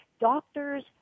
Doctors